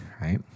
right